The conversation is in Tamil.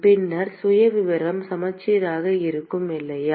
பின்னர் சுயவிவரம் சமச்சீராக இருக்கும் இல்லையா